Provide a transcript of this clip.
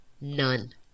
none